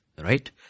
Right